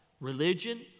religion